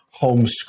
homeschool